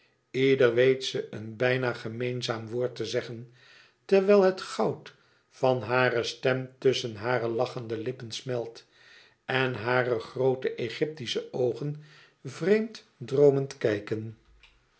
ieder weet ze een bijna gemeenzaam woord te zeggen terwijl het goud van hare stem tusschen hare lachende lippen smelt en hare groote egyptische oogen vreemd droomend kijken